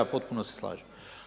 Potpuno se slažem.